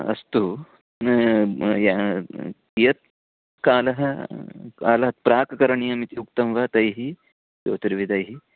अस्तु न यत् कियत्कालः कालं प्राक् करणीयम् इति उक्तं वा तैः ज्योतिर्विद्भिः